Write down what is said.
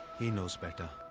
he knows better.